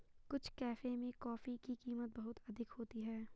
कुछ कैफे में कॉफी की कीमत बहुत अधिक होती है